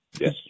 Yes